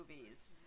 movies